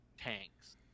tanks